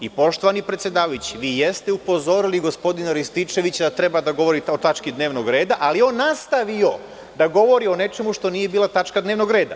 Poštovani predsedavajući, vi jeste upozorili gospodina Rističevića da treba da govori o tački dnevnog reda, ali je on nastavio da govori o nečemu što nije bila tačka dnevnog reda.